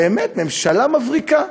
באמת ממשלה מבריקה.